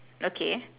okay